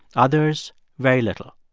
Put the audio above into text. others very little.